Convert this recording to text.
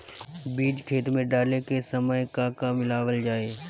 बीज खेत मे डाले के सामय का का मिलावल जाई?